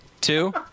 two